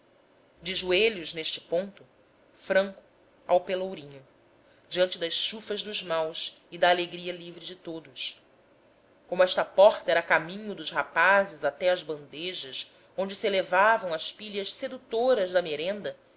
de joelhos neste ponto franco ao pelourinho diante das chufas dos maus e da alegria livre de todos como esta porta era caminho dos rapazes até as bandejas onde se elevavam as pilhas sedutoras da merenda